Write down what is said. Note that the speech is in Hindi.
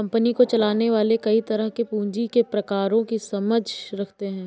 कंपनी को चलाने वाले कई तरह के पूँजी के प्रकारों की समझ रखते हैं